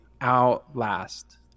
outlast